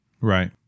right